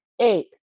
Eight